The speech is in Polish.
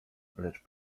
lecz